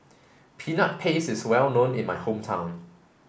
peanut paste is well known in my hometown